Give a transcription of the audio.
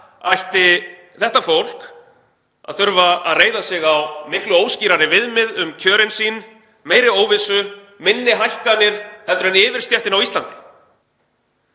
ætti þetta fólk að þurfa að reiða sig á miklu óskýrari viðmið um kjörin sín, meiri óvissu, minni hækkanir en yfirstéttin á Íslandi?